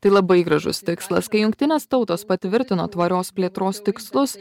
tai labai gražus tikslas kai jungtinės tautos patvirtino tvarios plėtros tikslus